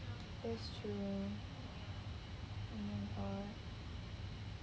that's true